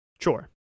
Sure